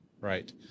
Right